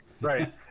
Right